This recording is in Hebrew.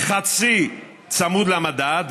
חצי צמוד למדד,